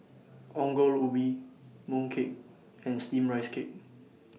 Ongol Ubi Mooncake and Steamed Rice Cake